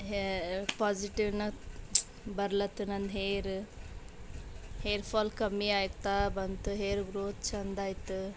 ಹೆ ಪಾಸಿಟಿವ್ನಾಗ ಬರ್ಲಾತು ನನ್ನ ಹೇರ ಹೇರ್ ಫಾಲ್ ಕಮ್ಮಿಯಾಗ್ತಾ ಬಂತು ಹೇರ್ ಗ್ರೋತ್ ಚೆಂದ ಆಯಿತಾ